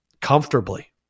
comfortably